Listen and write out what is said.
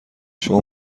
شما